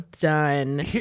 done